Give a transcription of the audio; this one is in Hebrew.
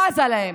בזה להם.